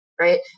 right